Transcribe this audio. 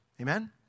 Amen